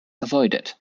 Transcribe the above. avoided